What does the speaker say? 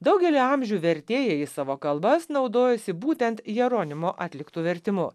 daugelį amžių vertėjai į savo kalbas naudojosi būtent jeronimo atliktu vertimu